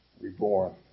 reborn